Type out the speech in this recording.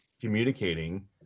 communicating